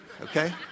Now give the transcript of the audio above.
okay